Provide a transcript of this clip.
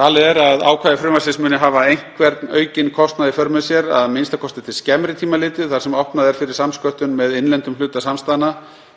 Talið er að ákvæði frumvarpsins muni hafa einhvern aukinn kostnað í för með sér, a.m.k. til skemmri tíma litið, þar sem opnað er fyrir samsköttun með innlendum hluta samstæðna